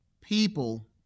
people